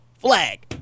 Flag